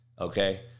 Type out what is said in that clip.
Okay